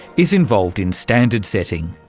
is involved in standard setting.